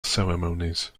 ceremonies